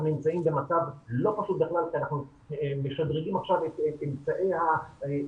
נמצאים במצב לא פשוט בכלל כי אנחנו משדרגים עכשיו את אמצעי הלמידה,